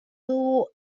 dugu